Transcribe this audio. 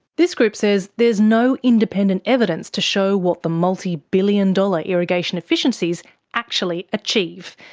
this group says there's no independent evidence to show what the multi-billion dollar irrigation efficiencies actually achieve,